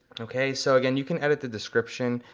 okay so, again, you can edit the description,